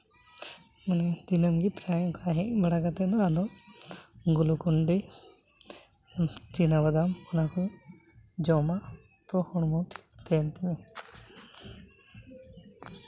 ᱫᱤᱱᱟᱹᱢ ᱜᱮ ᱚᱝᱠᱟ ᱦᱮᱡ ᱵᱟᱲᱟ ᱠᱟᱛᱮᱫ ᱫᱚ ᱟᱫᱚ ᱜᱞᱩᱠᱳᱱᱰᱤ ᱪᱤᱱᱟ ᱵᱟᱫᱟᱢ ᱚᱱᱟᱠᱩᱧ ᱡᱚᱢᱟ ᱛᱚ ᱦᱚᱲᱢᱚ ᱴᱷᱤᱠ ᱛᱟᱦᱮᱱ ᱛᱤᱧᱟᱹ